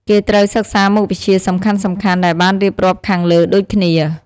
គេត្រូវសិក្សមុខវិជ្ជាសំខាន់ៗដែលបានរៀបរាប់ខាងលើដូចគ្នា។